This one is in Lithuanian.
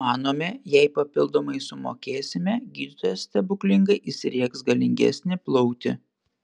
manome jei papildomai sumokėsime gydytojas stebuklingai įsriegs galingesnį plautį